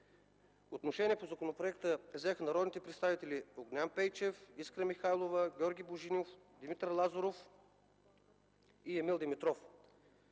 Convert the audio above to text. Отношение по законопроекта взеха народните представители Огнян Пейчев, Искра Михайлова, Георги Божинов, Димитър Лазаров и Емил Димитров.